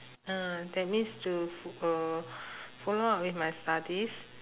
ah that means to f~ uh follow up with my studies